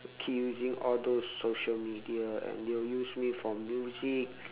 keep using all those social media and they will use me for music